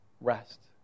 rest